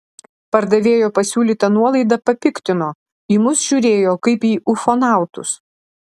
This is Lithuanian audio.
pardavėjo pasiūlyta nuolaida papiktino į mus žiūrėjo kaip į ufonautus